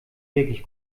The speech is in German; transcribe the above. wirklich